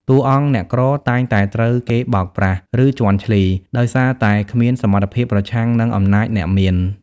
តួអង្គអ្នកក្រតែងតែត្រូវគេបោកប្រាស់ ឬជាន់ឈ្លី ដោយសារតែគ្មានសមត្ថភាពប្រឆាំងនឹងអំណាចអ្នកមាន។